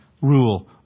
rule